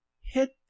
hit